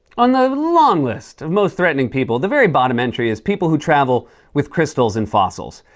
on the long list of most threatening people, the very bottom entry is people who travel with crystals and fossils.